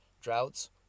droughts